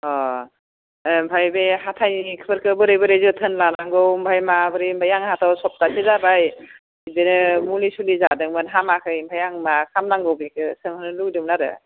अ ओमफ्राय बे हाथाइफोरखो बोरै बोरै जोथोन लानांगौ ओमफ्राय माबोरै आंहा सप्तासे जाबाय बिदिनो मुलि सुलि जादोंमोन हामाखै ओमफ्राय आं मा खामनांगौ बेखौ सोंनो लुबैदोंमोन आरो